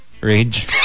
rage